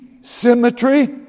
symmetry